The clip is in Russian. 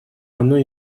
оно